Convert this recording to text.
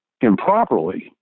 improperly